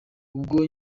ubwo